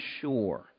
sure